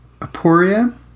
Aporia